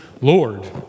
Lord